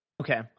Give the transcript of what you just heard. okay